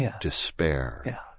despair